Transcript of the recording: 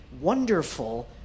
wonderful